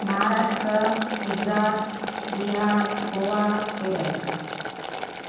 Maharashtra Gujarat Bihar Goa Kerala